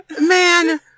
Man